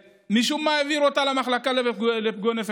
ומשום מה העבירו אותה למחלקה לפגועי נפש,